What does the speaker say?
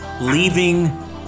leaving